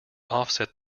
offset